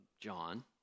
John